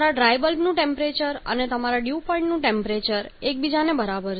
તમારા ડ્રાય બલ્બનું ટેમ્પરેચર અને તમારા ડ્યૂ પોઈન્ટનું ટેમ્પરેચર એકબીજાની બરાબર છે